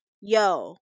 yo